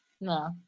No